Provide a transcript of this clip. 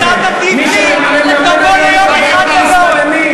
אתה תטיף לי?